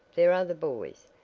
there are the boys.